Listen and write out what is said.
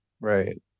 Right